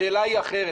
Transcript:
השאלה היא אחרת,